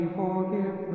forgive